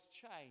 change